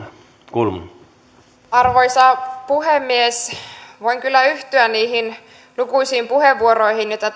arvoisa puhemies voin kyllä yhtyä niihin lukuisiin puheenvuoroihin joita